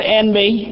envy